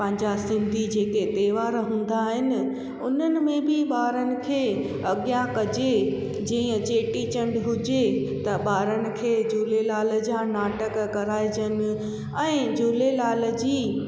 पंहिंजा सिंधी जेके त्योहार हूंदा आहिनि उन्हनि में बि ॿारनि खे अॻियां कजे जीअं चेटीचंड हुजे त ॿारनि खे झूलेलाल जा नाटक कराइजनि ऐं झूलेलाल जी